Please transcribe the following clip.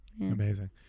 Amazing